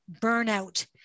burnout